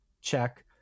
check